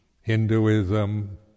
Hinduism